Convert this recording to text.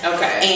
Okay